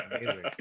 amazing